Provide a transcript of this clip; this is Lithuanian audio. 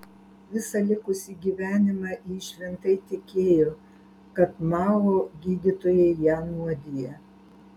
visą likusį gyvenimą ji šventai tikėjo kad mao gydytojai ją nuodija